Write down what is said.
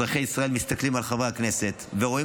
אזרחי ישראל מסתכלים על חברי הכנסת ורואים